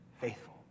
faithful